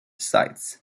sites